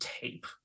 tape